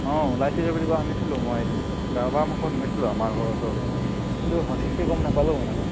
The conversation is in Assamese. অঁ ওলাইছিলে বুলি কোৱা শুনিছিলোঁ মই এদিন কাৰবাৰ মুখত শুনিছিলোঁ আমাৰ ঘৰৰ ওচৰতে কিন্তু সঠিককৈ গম নাপালোঁ মানে মই